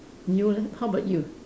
you leh how about you